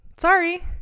Sorry